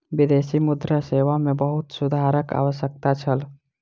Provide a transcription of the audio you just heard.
विदेशी मुद्रा सेवा मे बहुत सुधारक आवश्यकता छल